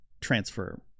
transfer